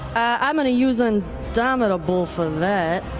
i'm going to use and indomitable for that.